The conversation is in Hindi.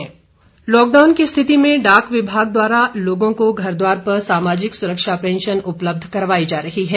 पैंशन लॉकडाउन की स्थिति में डाक विभाग द्वारा लोगों को घरद्वार पर सामाजिक सुरक्षा पैंशन उपलब्ध करवाई जा रही है